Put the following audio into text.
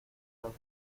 los